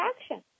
action